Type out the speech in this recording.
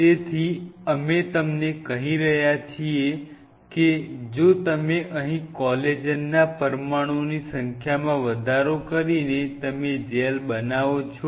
તેથી અમે તમને કહી રહ્યા છીએ કે જો તમે અહીં કોલેજનના પરમાણુઓની સંખ્યામાં વધારો કરીને તમે જેલ બનાવો છો